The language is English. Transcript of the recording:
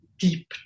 deep